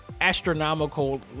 astronomical